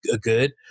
good